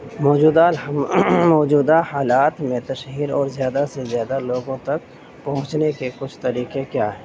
موجودہ الحم موجودہ حالات میں تشہیر اور زیادہ سے زیادہ لوگوں تک پہنچنے کے کچھ طریقے کیا ہیں